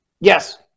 Yes